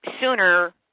sooner